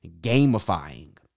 gamifying